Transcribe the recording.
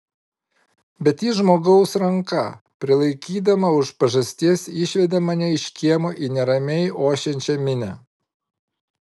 bet ji žmogaus ranka prilaikydama už pažasties išvedė mane iš kiemo į neramiai ošiančią minią